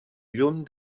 lluny